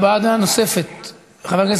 עוד לפני ההצבעה אנחנו נאפשר הבעת דעה לחבר הכנסת